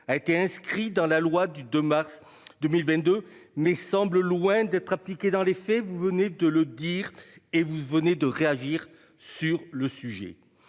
a été inscrit dans la loi du 2 mars 2022, mais semble loin d'être appliquée dans les faits, vous venez de le dire et vous venez de réagir sur le sujet